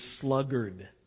sluggard